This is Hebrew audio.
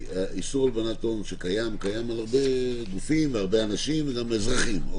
איסור הלבנת הון שקיים קיים על הרבה גופים וגם על אזרחים.